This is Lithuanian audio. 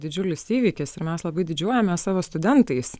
didžiulis įvykis ir mes labai didžiuojamės savo studentais